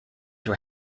were